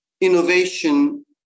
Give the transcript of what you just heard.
innovation